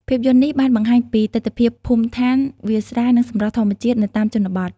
ភាពយន្តនេះបានបង្ហាញពីទិដ្ឋភាពភូមិឋាន វាលស្រែ និងសម្រស់ធម្មជាតិនៅតាមជនបទ។